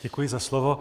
Děkuji za slovo.